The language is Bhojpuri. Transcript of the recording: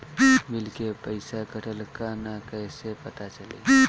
बिल के पइसा कटल कि न कइसे पता चलि?